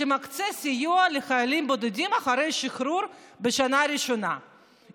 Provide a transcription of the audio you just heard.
שמקצה סיוע לחיילים בודדים בשנה הראשונה אחרי השחרור,